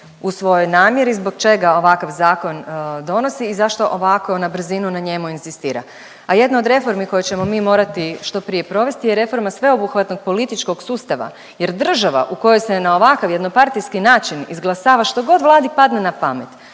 u svojoj namjeri zbog čega ovakav zakon donosi i zašto ovako na brzinu na njemu inzistira. A jednu od reformi koju ćemo mi morati što prije provesti je reforma sveobuhvatnog političkog sustava jer država u kojoj se na ovakav jednopartijski način izglasava što god Vladi padne na pamet